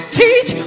teach